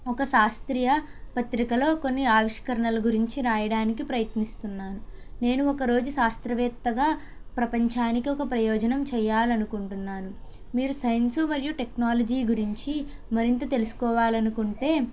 ఒక శాస్త్రీయ పత్రికలో కొన్ని ఆవిష్కరణలను గురించి రాయడానికి ప్రయత్నిస్తున్నాను నేను ఒక రోజు శాస్త్రవేత్తగా ప్రపంచానికి ఒక ప్రయోజనం చేయాలనుకుంటున్నాను మీరు సైన్సు మరియు టెక్నాలజీ గురించి మరింత తెలుసుకోవాలనుకుంటే